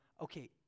okay